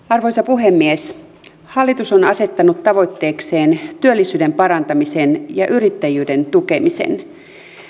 arvoisa puhemies hallitus on asettanut tavoitteekseen työllisyyden parantamisen ja yrittäjyyden tukemisen